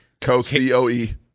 Co-C-O-E